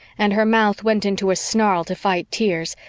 and her mouth went into a snarl to fight tears,